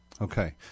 Okay